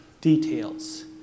details